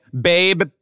Babe